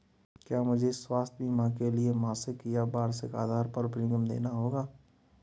क्या मुझे स्वास्थ्य बीमा के लिए मासिक या वार्षिक आधार पर प्रीमियम देना होगा?